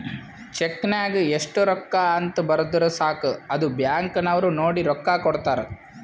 check ನಾಗ್ ಎಸ್ಟ್ ರೊಕ್ಕಾ ಅಂತ್ ಬರ್ದುರ್ ಸಾಕ ಅದು ಬ್ಯಾಂಕ್ ನವ್ರು ನೋಡಿ ರೊಕ್ಕಾ ಕೊಡ್ತಾರ್